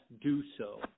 do-so